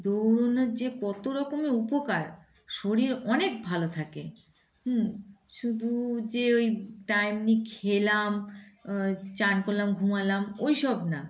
দৌড়নোর যে কত রকমের উপকার শরীর অনেক ভালো থাকে হুম শুধু যে ওই টাইম নিয়ে খেলাম চান করলাম ঘুমালাম ওই সব না